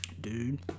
Dude